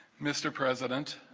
mr. president